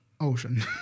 Ocean